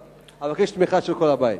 אבקש תמיכה של כל הבית.